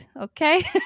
Okay